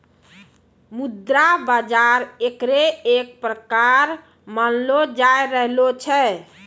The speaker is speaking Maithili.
मुद्रा बाजार एकरे एक प्रकार मानलो जाय रहलो छै